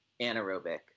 anaerobic